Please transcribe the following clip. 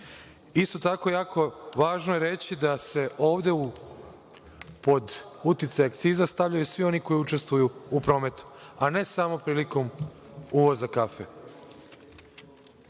tako, jako je važno reći da se ovde, pod uticaj akciza, stavljaju svi oni koji učestvuju u prometu, a ne samo prilikom uvoza kafe.